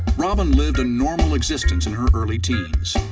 robyn lived a normal existence in her early teens.